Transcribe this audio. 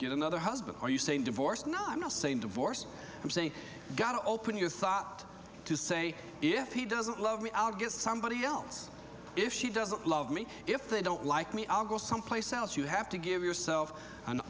get another husband are you saying divorce not just same divorce i'm saying got to open your thought to say if he doesn't love me i'll get somebody else if she doesn't love me if they don't like me i'll go someplace else you have to give yourself an